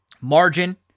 margin